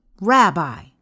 Rabbi